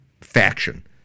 faction